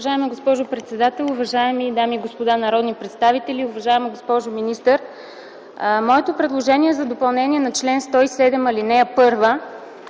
Уважаема госпожо председател, уважаеми дами и господа народни представители, уважаема госпожо министър! Моето предложение е за допълнение на чл. 107, ал. 1,